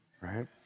right